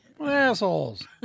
assholes